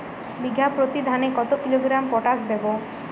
বিঘাপ্রতি ধানে কত কিলোগ্রাম পটাশ দেবো?